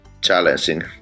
challenging